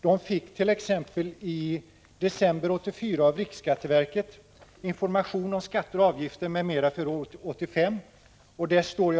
De fick t.ex. i december 1984 av riksskatteverket information om skatter och avgifter m.m. för år 1985.